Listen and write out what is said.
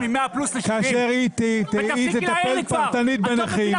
כאשר היא תטפל פרטנית בנכים ------ תפסיקי להעיר לי.